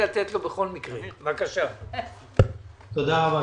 תודה רבה,